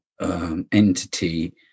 entity